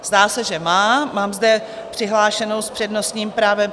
Zdá se, že má mám zde přihlášenou s přednostním právem...